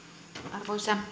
arvoisa